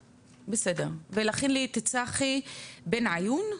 ולהכין את צחי בן עיון,